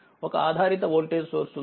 ఒకఆధారిత వోల్టేజ్సోర్స్ఉంది